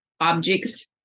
objects